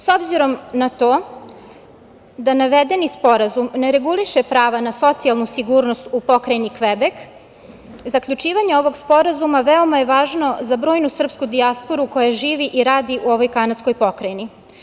S obzirom na to da navedeni sporazum ne reguliše prava na socijalnu sigurnost u Pokrajini Kvebek, zaključivanje ovog sporazuma veoma je važno za brojnu srpsku dijasporu koja živi i radi u ovoj kanadskoj pokrajini.